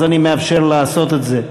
אז אני מאפשר לעשות את זה,